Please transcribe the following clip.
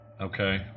Okay